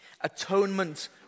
atonement